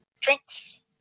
drinks